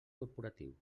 corporatiu